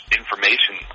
information